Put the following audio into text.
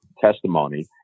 testimony